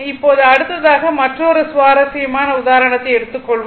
இப்போது அடுத்ததாக மற்றொரு சுவாரசியமான உதாரணத்தை எடுத்துக்கொள்வோம்